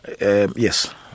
Yes